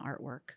artwork